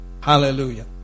Hallelujah